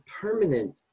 permanent